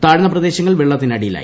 താഴ്ന്നപ്രദേശങ്ങൾ വെള്ളത്തിനടിയിലായി